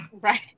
Right